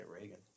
Reagan